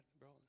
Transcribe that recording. bro